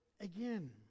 Again